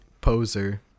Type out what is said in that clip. poser